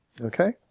Okay